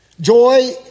Joy